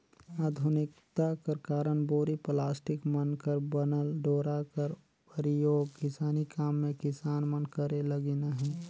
आधुनिकता कर कारन बोरी, पलास्टिक मन कर बनल डोरा कर परियोग किसानी काम मे किसान मन करे लगिन अहे